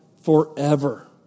forever